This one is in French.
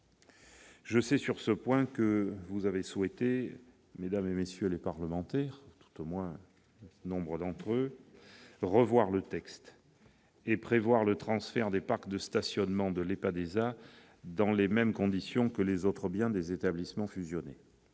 Je sais sur ce point qu'un bon nombre d'entre vous, mesdames, messieurs les parlementaires, a souhaité revoir le texte et prévoir le transfert des parcs de stationnement de l'EPADESA dans les mêmes conditions que les autres biens des établissements fusionnés.